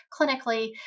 clinically